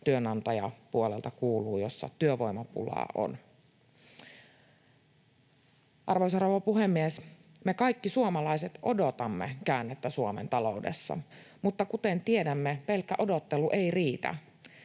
työnantajapuolelta kuuluu, että työvoimapulaa on. Arvoisa rouva puhemies! Me kaikki suomalaiset odotamme käännettä Suomen taloudessa, mutta kuten tiedämme, pelkkä odottelu ei riitä.